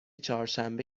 چهارشنبه